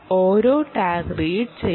ഓരോ tag read ചെയ്യുന്നു